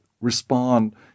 respond